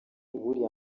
buriye